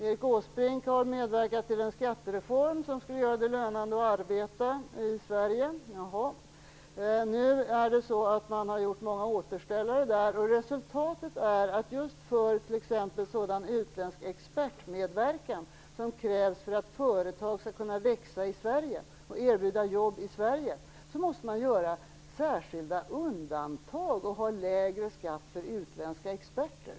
Erik Åsbrink har medverkat till en skattereform som skall göra det lönande att arbeta i Sverige, men man har nu gjort många återställare. Resultatet är t.ex. att man för sådan utländsk expertmedverkan som krävs för att företag skall kunna växa och erbjuda jobb i Sverige måste göra särskilda undantag i form av lägre skatt för de utländska experterna.